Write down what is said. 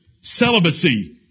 celibacy